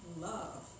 love